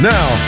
Now